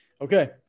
Okay